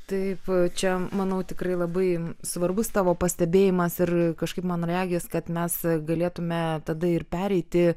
taip čia manau tikrai labai svarbus tavo pastebėjimas ir kažkaip man regis kad mes galėtume tada ir pereiti